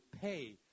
pay